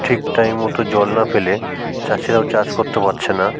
ঠিক টাইম মতো জল না পেলে চাষিরাও চাষ করতে পারছে না